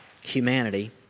humanity